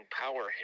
power